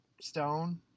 Stone